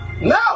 No